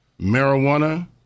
marijuana